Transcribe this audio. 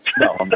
No